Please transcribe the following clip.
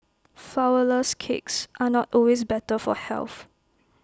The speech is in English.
Flourless Cakes are not always better for health